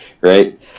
right